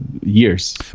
years